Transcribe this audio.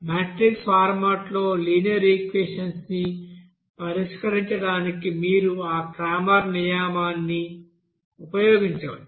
matrix ఫార్మాట్లో linear equations ని పరిష్కరించడానికి మీరు ఆ క్రామర్ నియమాన్ని ఉపయోగించవచ్చు